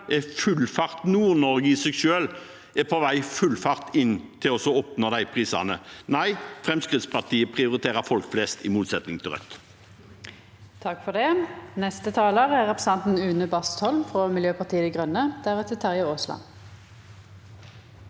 – ja, NordNorge i seg selv – er på full fart mot å oppnå de prisene. Nei, Fremskrittspartiet prioriterer folk flest, i motsetning til Rødt.